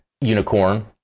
unicorn